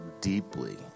deeply